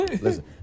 Listen